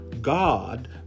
God